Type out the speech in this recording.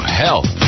health